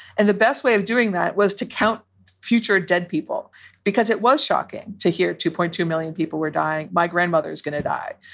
and the best way of doing that was to count future dead people because it was shocking to hear two point two million people were dying. my grandmother's going to die.